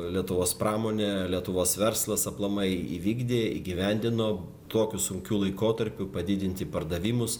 lietuvos pramonė lietuvos verslas aplamai įvykdė įgyvendino tokiu sunkiu laikotarpiu padidinti pardavimus